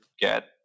get